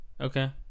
Okay